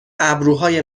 ابروهای